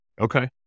Okay